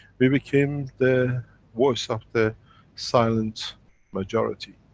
we became the voice of the silent majority.